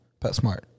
PetSmart